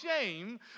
shame